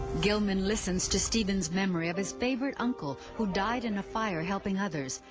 gilman listens to steven's memory of his favorite uncle who died in a fire helping others.